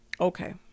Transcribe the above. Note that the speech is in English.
Okay